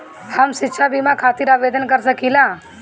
हम शिक्षा बीमा खातिर आवेदन कर सकिला?